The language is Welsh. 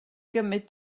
gymryd